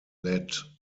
led